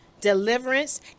deliverance